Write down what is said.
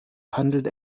handelt